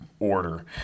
order